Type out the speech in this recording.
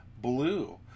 blue